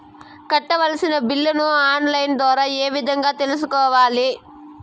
కట్టాల్సిన బిల్లులు online ద్వారా ఏ విధంగా తెలుసుకోవాలి?